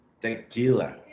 tequila